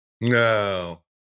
No